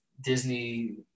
Disney